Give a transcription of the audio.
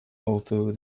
although